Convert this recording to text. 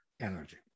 energy